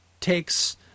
takes